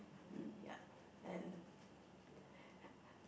ya and